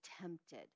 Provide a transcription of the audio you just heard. tempted